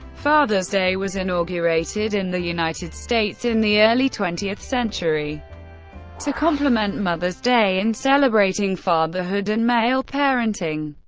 father's day was inaugurated in the united states in the early twentieth century to complement mother's day in celebrating fatherhood and male parenting.